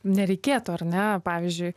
nereikėtų ar ne pavyzdžiui